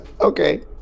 Okay